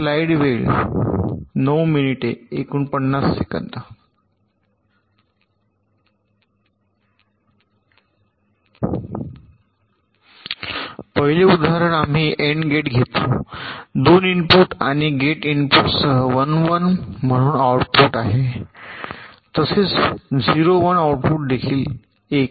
पहिले उदाहरण आम्ही एन्ड गेट घेतो दोन इनपुट आणि गेट इनपुटसह 1 1 म्हणून आउटपुट आहे तसेच ० १ आऊटपुट देखील १